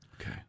Okay